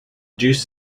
juice